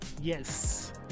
Yes